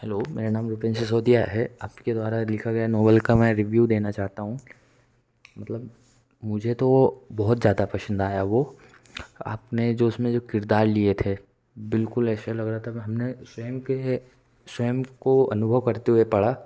hello मेरा नाम रूपेन्द्र सिसोदिया है आपके द्वारा लिखा गया नोवेल का मैं रिव्यू देना चाहता हूँ मतलब मुझे तो बहुत ज़्यादा पसंद आया वो आपने जो उसमें जो किरदार लिए थे बिल्कुल ऐसा लग रहा था वो हमने स्वयं के स्वयं को अनुभव करते हुए पढ़ा